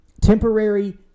temporary